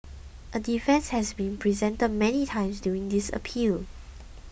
a defence has been presented many times during this appeal